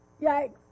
Yikes